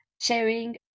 sharing